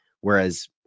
Whereas